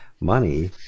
money